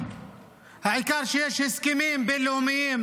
העיקר שיש הסכמים בין-לאומיים,